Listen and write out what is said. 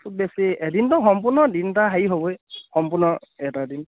খুব বেছি এদিনটো সম্পূৰ্ণ দিন এটা হেৰি হ'বই সম্পূৰ্ণ এটা দিন